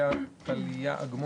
צוהריים טובים